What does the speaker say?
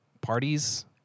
parties